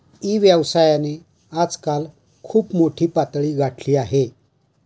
E व्यवसायाने आजकाल खूप मोठी पातळी गाठली आहे